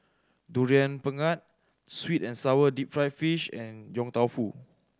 Durian Pengat sweet and sour deep fried fish and Yong Tau Foo